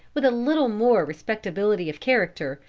with a little more respectability of character,